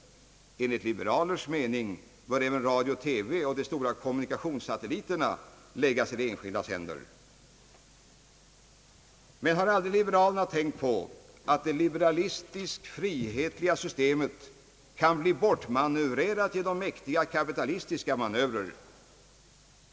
Enligt liberalernas mening bör även radio, TV och de stora kommunikationssatelliterna läggas i de enskildas händer. Har aldrig liberalerna tänkt på att det liberalistiskt-frihetliga systemet kan bli bortmanövrerat genom mäktiga kapitalistiska manövrar?